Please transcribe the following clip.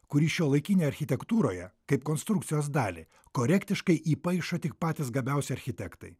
kurį šiuolaikinėj architektūroje kaip konstrukcijos dalį korektiškai įpaišo tik patys gabiausi architektai